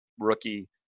Rookie